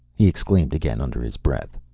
he exclaimed again under his breath.